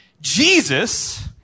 Jesus